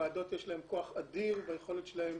לוועדות יש כוח אדיר ויכולת שלהן